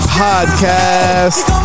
podcast